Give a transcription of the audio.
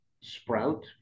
sprout